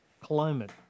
climate